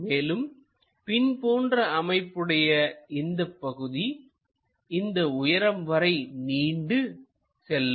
மேலும் பின் போன்ற அமைப்புடைய இந்தப் பகுதி இந்த உயரம் வரை நீண்டு செல்லும்